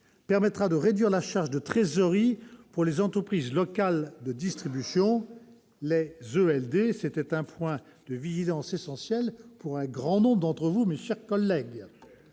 permettra de réduire la charge de trésorerie pour les entreprises locales de distribution, les ELD ; c'était là un point de vigilance essentiel pour un grand nombre d'entre nous. C'est très clair